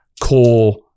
core